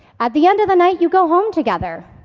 at the end of the night, you go home together,